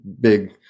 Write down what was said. big